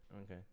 Okay